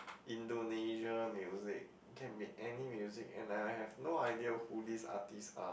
Indonesia music can be any music and I have no idea who these artists are